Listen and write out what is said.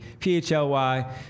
PHLY